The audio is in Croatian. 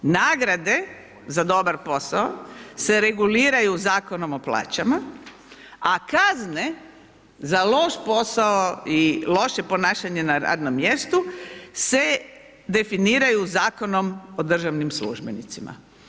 Nagrade, za dobar posao se reguliraju Zakonom o plaćama, a kazne za loš posao i loše ponašanje na radnom mjestu se definiraju Zakonom o državnim službenicima.